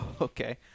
Okay